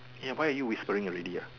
ya why are you whispering already ah